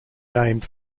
named